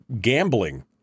gambling